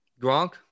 Gronk